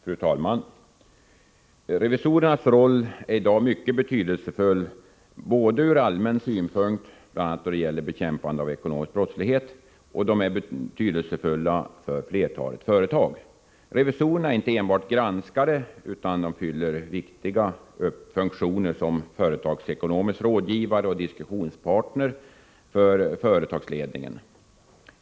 Fru talman! Revisorernas roll är i dag mycket betydelsefull, både ur allmän synpunkt — bl.a. då det gäller bekämpande av ekonomisk brottslighet — och för flertalet företag. Revisorerna är inte enbart granskare utan fyller även viktiga funktioner som ekonomiska rådgivare och diskussionspartner för företagsledningen.